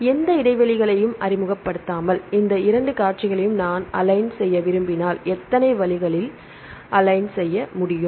எந்த இடைவெளிகளையும் அறிமுகப்படுத்தாமல் இந்த 2 காட்சிகளையும் நான் அலைன் விரும்பினால் எத்தனை வழிகளில் 3 வழிகளை அலைன் முடியும்